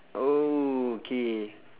oh K